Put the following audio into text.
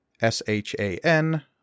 S-H-A-N